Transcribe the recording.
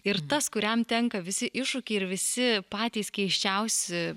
ir tas kuriam tenka visi iššūkiai ir visi patys keisčiausi